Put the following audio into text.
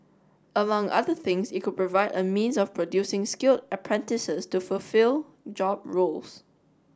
among other things it could provide a means of producing skilled apprentices to fulfil job roles